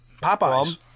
Popeyes